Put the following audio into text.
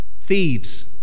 Thieves